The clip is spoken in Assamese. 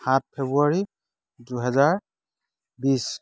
সাত ফেব্ৰুৱাৰী দুহেজাৰ বিছ